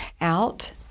out